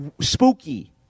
spooky